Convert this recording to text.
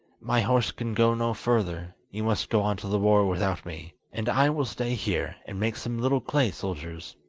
my horse can go no further you must go on to the war without me, and i will stay here, and make some little clay soldiers,